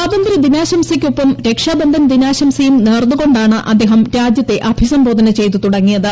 സ്വാതന്തൃദിനാശംയ്ക്കൊപ്പം രക്ഷാബന്ധൻ ദിനാശംസയും നേർന്നുകൊണ്ടാണ് അദ്ദേഹം രാജ്യത്തെ അഭിസംബോധന ചെയ്തു തുടങ്ങിയത്